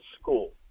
school